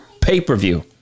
pay-per-view